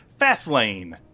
Fastlane